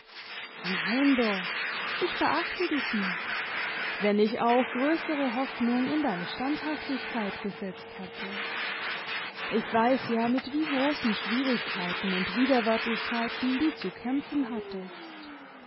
nein doch ich verachte dich nicht wenn ich auch größere hoffnung in deine standhaftigkeit gesetzt hatte ich weiß ja nüt wie großen schwierigkeiten und widerwärtigkeiten du zu kämpfen hattest